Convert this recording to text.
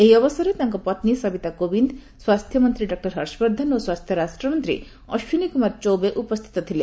ଏହି ଅବସରରେ ତାଙ୍କର ପତ୍ନୀ ସବିତା କୋବିନ୍ଦ ସ୍ୱାସ୍ଥ୍ୟମନ୍ତ୍ରୀ ଡକ୍ଟର ହର୍ଷବର୍ଦ୍ଧନ ଓ ସ୍ୱାସ୍ଥ୍ୟ ରାଷ୍ଟ୍ରମନ୍ତ୍ରୀ ଅଶ୍ୱିନୀ କୁମାର ଚୌବେ ଉପସ୍ଥିତ ଥିଲେ